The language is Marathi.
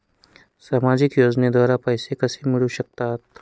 सामाजिक योजनेद्वारे पैसे कसे मिळू शकतात?